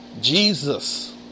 Jesus